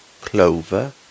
Clover